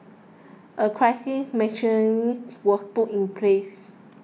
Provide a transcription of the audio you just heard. a crisis machinery was put in place